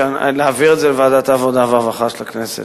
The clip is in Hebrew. להעביר את זה לוועדת העבודה והרווחה של הכנסת,